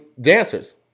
dancers